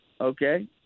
okay